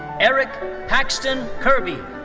eric paxton kerby.